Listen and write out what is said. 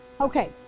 Okay